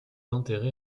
enterré